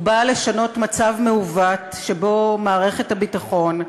בא לשנות מצב מעוות שבו מערכת הביטחון,